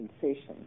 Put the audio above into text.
sensation